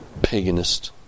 paganist